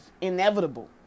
inevitable